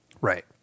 right